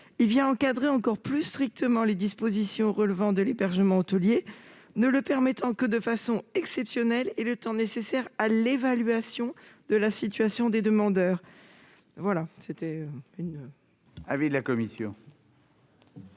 d'encadrer encore plus strictement les dispositions relevant de cet hébergement hôtelier, en ne l'autorisant que de façon exceptionnelle et le temps nécessaire à l'évaluation de la situation des demandeurs. Quel est l'avis de la commission